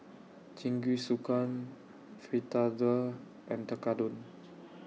Jingisukan Fritada and Tekkadon